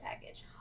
package